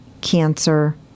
cancer